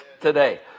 today